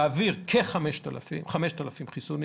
להעביר 5,000 חיסונים